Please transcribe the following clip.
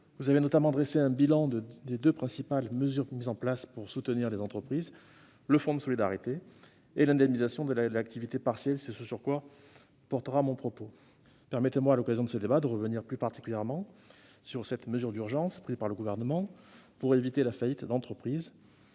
Vous avez notamment dressé un bilan des deux principales mesures mises en place pour soutenir les entreprises : le fonds de solidarité et l'indemnisation de l'activité partielle. Permettez-moi, à l'occasion de ce débat, de revenir plus particulièrement sur cette mesure d'urgence prise par le Gouvernement pour éviter la faillite d'entreprises,